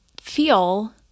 feel